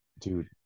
dude